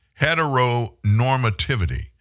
heteronormativity